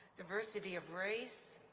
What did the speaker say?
diversity of race,